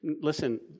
listen